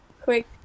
quick